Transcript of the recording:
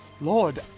Lord